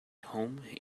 home